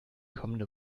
kommende